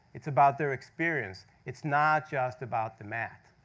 it's about their experience. it's not just about the math.